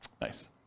Nice